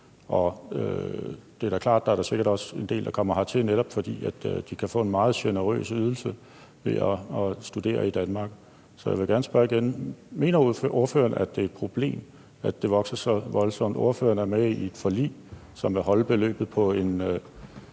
se. Det er da klart, at der sikkert også er en del, der kommer hertil, netop fordi de kan få en meget generøs ydelse og studere i Danmark. Så jeg vil gerne spørge igen: Mener ordføreren, at det er et problem, at det vokser så voldsomt? Ordførerens parti er med i et forlig, som vil holde beløbet på et